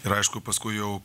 ir aišku paskui jau